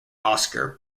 oscar